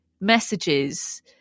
messages